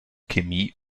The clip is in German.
chemie